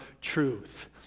truth